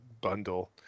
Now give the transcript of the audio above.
bundle